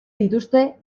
dituzte